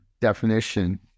definition